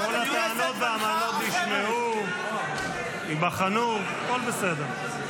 כל הטענות והמענות נשמעו, ייבחנו, הכול בסדר.